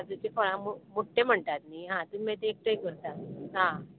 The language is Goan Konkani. काजूचे फळां मुट्टे म्हणटात न्ही हा तुमी मागीर ते एकठांय करता आं